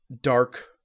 dark